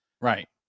Right